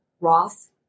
Roth